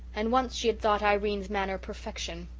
and once she had thought irene's manner perfection!